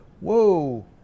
whoa